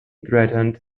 threatened